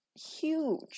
Huge